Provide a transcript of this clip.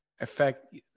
affect